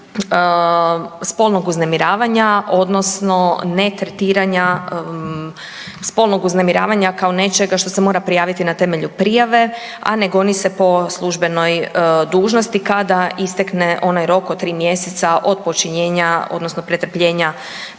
smislu spolnog uznemiravanja odnosno netretiranja spolnog uznemiravanja kao nečega što se mora prijaviti na temelju prijave, a ne goni se po službenoj dužnosti kada istekne onaj rok od 3 mjeseca od počinjenja odnosno pretrpljenja